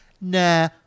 nah